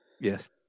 Yes